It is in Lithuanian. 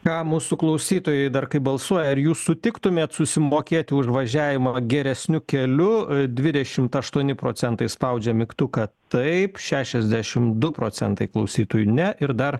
ką mūsų klausytojai dar kaip balsuoja ar jūs sutiktumėt susimokėti už važiavimą geresniu keliu dvidešimt aštuoni procentai spaudžia mygtuką taip šešiasdešimt du procentai klausytojų ne ir dar